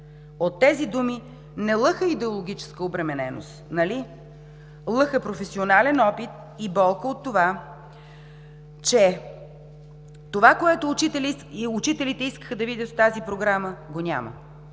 От тези думи ни лъха идеологическа обремененост, нали? Лъха професионален опит и болка от това, че това, което учителите искаха да видят в тази програма, го няма,